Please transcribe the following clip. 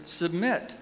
submit